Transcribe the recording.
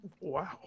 Wow